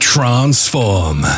Transform